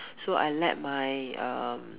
so I let my um